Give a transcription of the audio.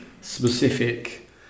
specific